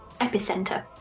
epicenter